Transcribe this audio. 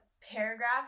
paragraph